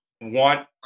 want